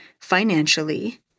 financially